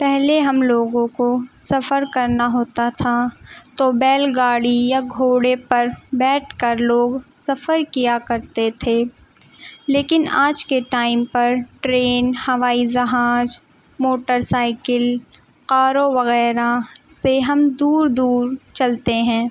پہلے ہم لوگوں کو سفر کرنا ہوتا تھا تو بیل گاڑی یا گھوڑے پر بیٹھ کر لوگ سفر کیا کرتے تھے لیکن آج کے ٹائم پر ٹرین ہوائی جہاز موٹر سائیکل قارو وغیرہ سے ہم دور دور چلتے ہیں